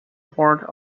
part